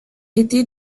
été